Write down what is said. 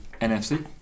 NFC